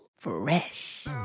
Fresh